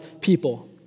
people